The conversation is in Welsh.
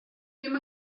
ddim